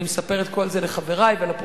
אני מספר את כל זה לחברי ולפרוטוקול.